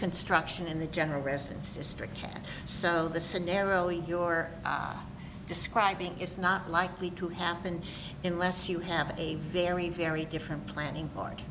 construction in the general residence district can so the scenario you're describing is not likely to happen unless you have a very very different planning board